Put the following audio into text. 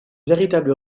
véritable